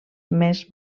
més